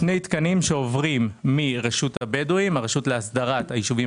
שני תקנים שעוברים מן הרשות להסדרת הישובים